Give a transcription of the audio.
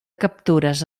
captures